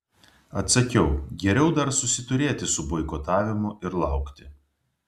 atsakiau geriau dar susiturėti su boikotavimu ir laukti